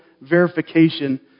verification